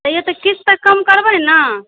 तैयो तव किछु तऽ कम करबै ने